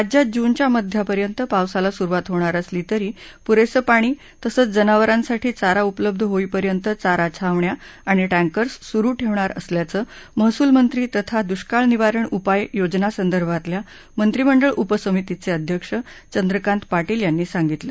राज्यात जूनच्या मध्यापर्यंत पावसाला सुरूवात होणार असली तरी पुरेसं पाणी तसंच जनावरांसाठी चारा उपलब्ध होईपर्यंत चारा छावण्या आणि टँकर्स सुरू ठेवणार असल्याचं महसूल मंत्री तथा दृष्काळ निवारण उपाय योजनासंदर्भातल्या मंत्रिमंडळ उपसमितीचे अध्यक्ष चंद्रकांत पाटील यांनी सांगितलं